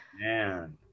man